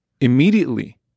Immediately